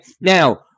Now